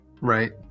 Right